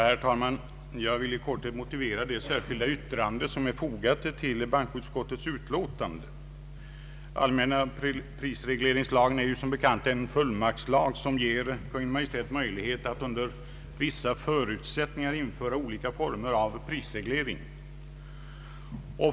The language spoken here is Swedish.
Herr talman! Jag vill i korthet motivera det särskilda yttrande som är fogat till bankoutskottets utlåtande. Den allmänna prisregleringslagen är som bekant en fullmaktslag som ger Kungl. Maj:t möjlighet att under vissa förutsättningar införa olika former av prisreglering.